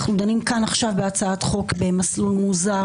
אנחנו דנים כאן עכשיו בהצעת חוק במסלול מוזר